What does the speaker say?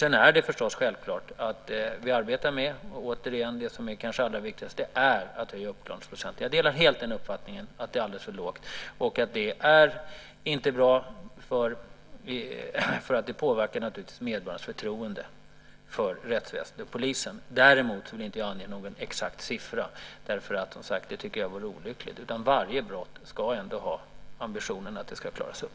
Sedan är det självklart att vi arbetar med det som kanske är allra viktigast, nämligen att höja uppklaringsprocenten. Jag delar helt uppfattningen att den är alldeles för låg. Det är inte bra. Det påverkar naturligtvis medborgarnas förtroende för rättsväsendet och polisen. Däremot vill jag inte ange någon exakt siffra eftersom jag tycker att det vore olyckligt. Man ska ha ambitionen att varje brott ska klaras upp.